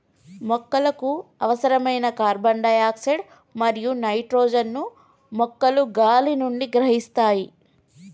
మొక్కలకు అవసరమైన carbon dioxide మరియు నైట్రోజన్ ను మొక్కలు గాలి నుండి గ్రహిస్తాయి